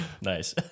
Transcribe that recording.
Nice